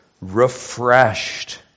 refreshed